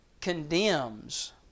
condemns